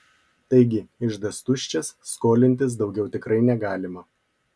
taigi iždas tuščias skolintis daugiau tikrai negalima